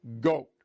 GOAT